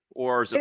or so